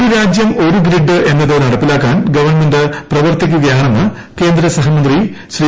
ഒരുരാജ്യം ഒരു ഗ്രിഡ് എന്നത് നടപ്പിലാക്കാൻ ഗവൺമെന്റ് പ്രവർത്തിക്കുകയാണെന്ന് കേന്ദ്രസഹമന്ത്രി ശ്രീ